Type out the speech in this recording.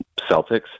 Celtics